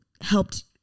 helped